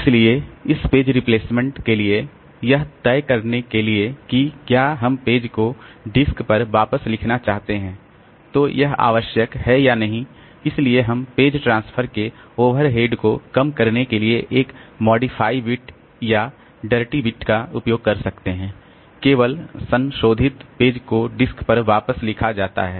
इसलिए इस page replacement के लिए यह तय करने के लिए कि क्या हम पेज को डिस्क पर वापस लिखना चाहते हैं तो यह आवश्यक है या नहीं इसलिए हम पेज ट्रांसफर के ओवरहेड को कम करने के लिए एक मॉडिफाई बिट या डर्टी बिट का उपयोग कर सकते हैं केवल संशोधित पेज को डिस्क पर वापस लिखा जाता है